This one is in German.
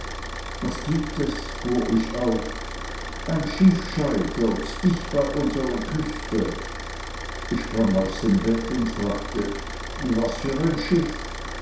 was gibt es fuhr ich auf ein schiff scheitert dicht bei unserer küste ich sprang aus dem bett und fragte was für ein schiff